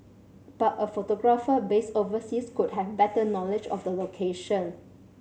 but a photographer based overseas could have better knowledge of the location